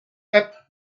app